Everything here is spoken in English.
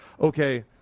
okay